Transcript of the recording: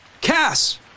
Cass